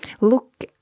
look